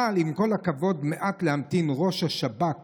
עם כל הכבוד, יכול היה ראש השב"כ